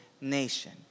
nation